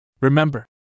Remember